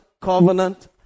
covenant